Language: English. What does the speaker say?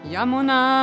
Yamuna